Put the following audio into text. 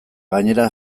gainera